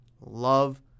love